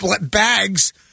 bags